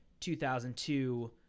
2002